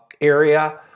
area